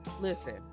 listen